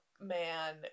man